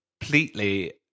completely